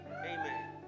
Amen